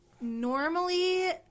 normally